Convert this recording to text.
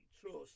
trust